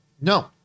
No